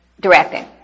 Directing